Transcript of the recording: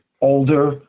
older